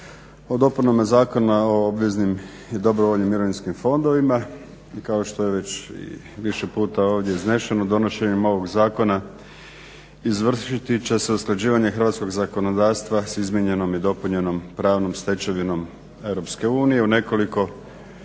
o dopunama Zakona o obveznim i dobrovoljnim mirovinskim fondovima i kao što je već više puta ovdje iznešeno donošenjem ovog zakona izvršiti će se usklađivanje hrvatskog zakonodavstva s izmijenjenom i dopunjenom pravnom stečevinom EU u nekoliko